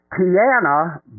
Tiana